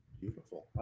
Beautiful